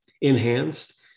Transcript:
enhanced